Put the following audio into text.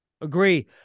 Agree